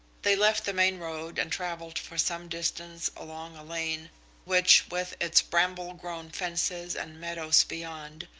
they left the main road and travelled for some distance along a lane which, with its bramble-grown fences and meadows beyond,